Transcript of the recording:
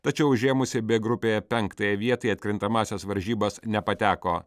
tačiau užėmusi b grupėje penktąją vietą į atkrintamąsias varžybas nepateko